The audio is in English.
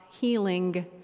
healing